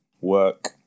work